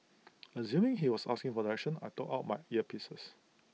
assuming he was asking for directions I took out my earpieces